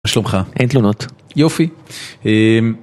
שלומך? -אין תלונות. -יופי.